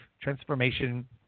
Transformation